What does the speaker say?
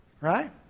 Right